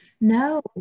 No